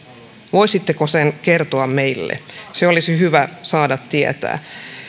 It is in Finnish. voisitteko sen kertoa meille se olisi hyvä saada tietää